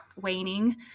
waning